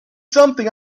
something